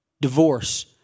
Divorce